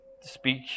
speak